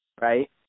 right